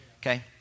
Okay